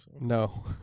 No